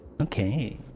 Okay